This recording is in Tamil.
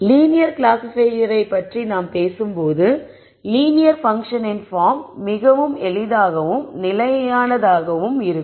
லீனியர் கிளாசிபையரை பற்றி நாம் பேசும்போது லீனியர் பன்க்ஷனின் பார்ம் மிகவும் எளிதாகவும் நிலையானதாகவும் இருக்கும்